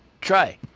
Try